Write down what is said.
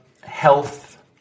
health